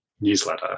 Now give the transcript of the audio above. newsletter